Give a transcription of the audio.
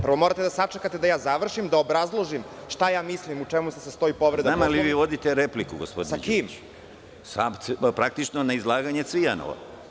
Prvo morate da sačekate da ja završim, da obrazložim šta ja mislim, u čemu se sastoji povreda [[Predsedavajući: Znam, ali vi vodite repliku gospodine Đidiću.]] Sa kim? (Predsedavajući: Praktično na izlaganje Cvijanovo.